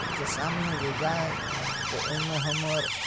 के सामने जे जाय तऽ ओहिमे हमर